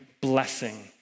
blessing